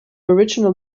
original